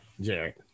jerry